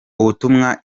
ubutumwa